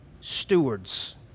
stewards